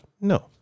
No